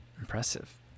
impressive